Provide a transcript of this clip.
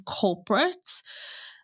culprits